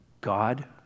God